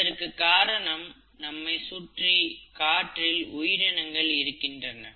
இதற்கு காரணம் நம்மை சுற்றி காற்றில் உயிரினங்கள் இருக்கின்றன